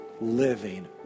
living